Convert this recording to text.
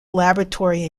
laboratory